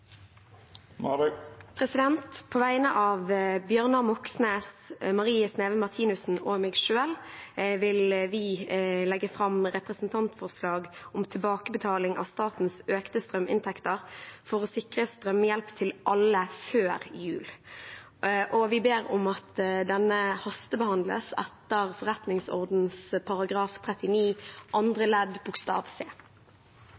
representantforslag. På vegne av Bjørnar Moxnes, Marie Sneve Martinussen og meg selv vil jeg legge fram et representantforslag om tilbakebetaling av statens økte strøminntekter for å sikre strømhjelp til alle før jul. Vi ber om at forslaget hastebehandles etter forretningsordens § 39